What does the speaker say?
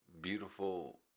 beautiful